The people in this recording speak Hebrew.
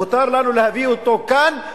מותר לנו להביא אותו כאן,